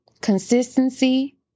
consistency